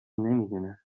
نمیدونه